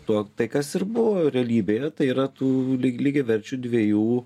tuo tai kas ir buvo realybėje tai yra tų lyg lygiaverčių dviejų